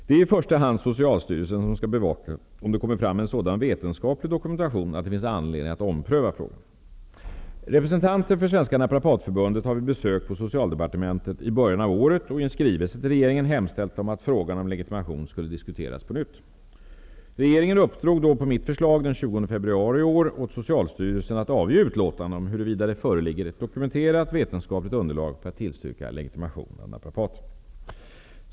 Det är i första hand Socialstyrelsen som skall bevaka om det kommer fram en sådan vetenskaplig dokumentation att det finns anledning att ompröva frågan. Representanter för Svenska Naprapatförbundet har vid besök på Socialdepartementet i början av året och i en skrivelse till regeringen hemställt om att frågan om legitimation skulle diskuteras på nytt. Regeringen uppdrog på mitt förslag den 20 februari i år åt Socialstyrelsen att avge utlåtande om huruvida det föreligger ett dokumenterat vetenskapligt underlag för att tillstyrka legitimation av naprapater.